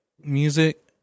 music